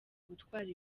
gutwara